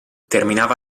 terminava